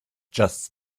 just